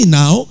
now